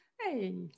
Hey